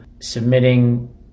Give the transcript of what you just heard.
submitting